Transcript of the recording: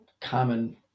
common